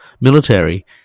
military